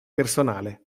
personale